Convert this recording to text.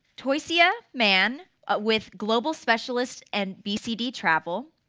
toysia mann with global specialist and bcd travel,